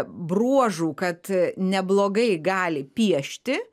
bruožų kad neblogai gali piešti